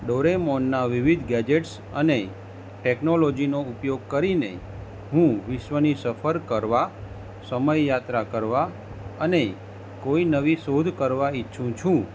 ડોરેમોનના વિવિધ ગેજેટ્સ અને ટેક્નોલોજીનો ઉપયોગ કરીને હું વિશ્વની સફર કરવા સમયયાત્રા કરવા અને કોઈ નવી શોધ કરવા ઈ ચ્છું છું